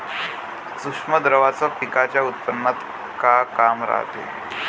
सूक्ष्म द्रव्याचं पिकाच्या उत्पन्नात का काम रायते?